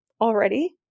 already